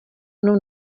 mnou